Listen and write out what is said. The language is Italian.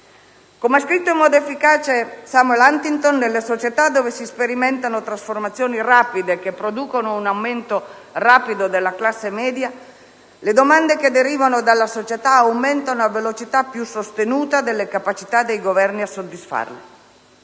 Come ha scritto in modo efficace Samuel Huntington, nelle società dove si sperimentano trasformazioni rapide che producono un aumento rapido della classe media, le domande che derivano dalla società aumentano a velocità più sostenuta delle capacità dei Governi a soddisfarle.